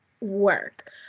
work